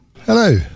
Hello